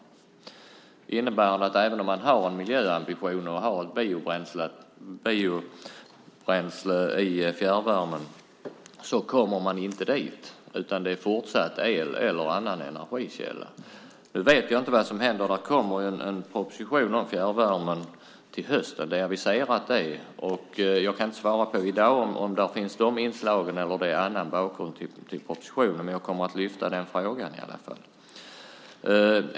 Det innebär att även om man har miljöambitioner och biobränsle i fjärrvärmen når man inte dit, utan det är fortsatt el eller annan energikälla som används. Det är aviserat att det kommer en proposition om fjärrvärmen till hösten. Jag kan inte i dag svara på om den kommer att innehålla dessa inslag eller om det finns någon annan bakgrund till propositionen, men jag kommer i alla fall att lyfta den frågan.